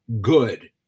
good